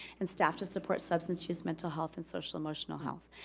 and staff to support substance use, mental health and social-emotional health.